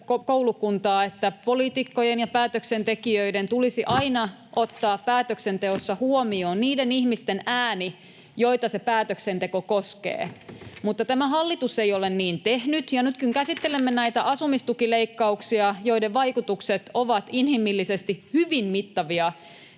että poliitikkojen ja päätöksentekijöiden tulisi aina ottaa päätöksenteossa huomioon niiden ihmisten ääni, joita se päätöksenteko koskee. Tämä hallitus ei ole niin tehnyt, ja nyt kun käsittelemme näitä asumistukileikkauksia, joiden vaikutukset ovat inhimillisesti hyvin mittavia,